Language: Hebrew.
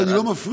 אני לא מפריע.